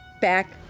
back